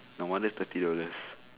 no wonder thirty dollars